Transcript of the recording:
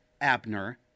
Abner